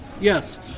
Yes